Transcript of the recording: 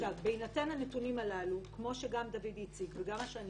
בהינתן הנתונים הללו שדוידי הציג וגם מה שאני